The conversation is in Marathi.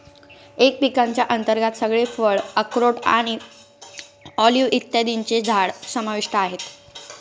एम पिकांच्या अंतर्गत सगळे फळ, अक्रोड आणि ऑलिव्ह इत्यादींची झाडं समाविष्ट आहेत